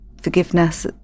forgiveness